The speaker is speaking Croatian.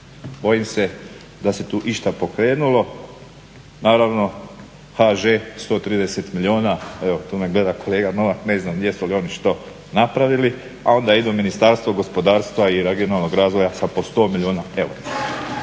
Bojim se da se to išta pokrenulo. Naravno HŽ 130 milijuna. Evo tu me gleda kolega Novak. Ne znam jesu li oni što napravili. A onda idu Ministarstvo gospodarstva i regionalnog razvoja sa po 100 milijuna eura.